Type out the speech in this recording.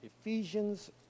Ephesians